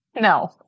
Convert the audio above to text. No